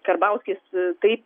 karbauskis taip